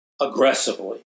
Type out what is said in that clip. aggressively